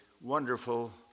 wonderful